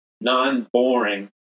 non-boring